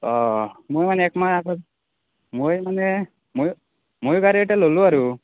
অঁ মই মানে এক মাহ আগত মই মানে ময়ো ময়ো গাড়ী এটা ল'লোঁ আৰু